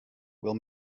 will